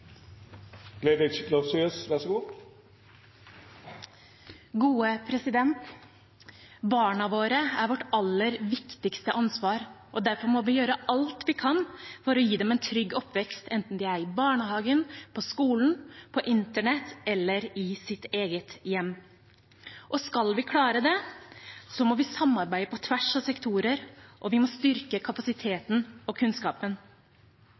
Barna våre er vårt aller viktigste ansvar, og derfor må vi gjøre alt vi kan for å gi dem en trygg oppvekst, enten de er i barnehagen, på skolen, på internett eller i sitt eget hjem. Og skal vi klare det, må vi samarbeide på tvers av sektorer, og vi må styrke kapasiteten og kunnskapen.